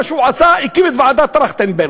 הקים את ועדת טרכטנברג.